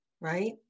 right